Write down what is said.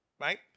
right